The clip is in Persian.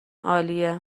عالیه